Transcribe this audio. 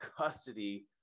custody